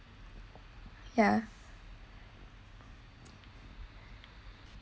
ya